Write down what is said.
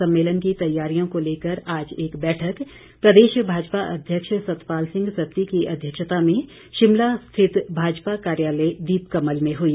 सम्मेलन की तैयारियों को लेकर आज एक बैठक प्रदेश भाजपा अध्यक्ष सतपाल सिंह सत्ती की अध्यक्षता में शिमला स्थित भाजपा कार्यालय दीपकमल में हुई